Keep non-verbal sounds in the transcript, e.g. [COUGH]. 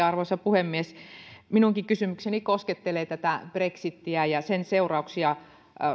[UNINTELLIGIBLE] arvoisa puhemies minunkin kysymykseni koskettelee tätä brexitiä ja sen seurauksia